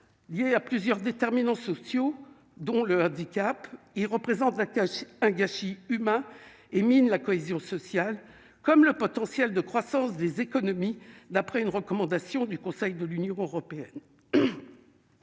y a plusieurs déterminants sociaux dont le handicap, il représente la un gâchis humain et mine la cohésion sociale, comme le potentiel de croissance des économies, d'après une recommandation du Conseil de l'Union européenne,